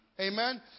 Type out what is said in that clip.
Amen